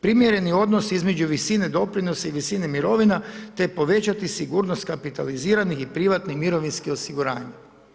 Primjereni odnos između visine doprinosa i visine mirovina te povećati sigurnost kapitaliziranih i prihvatnih mirovinskih osiguranja.